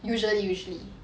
usually usually